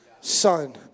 son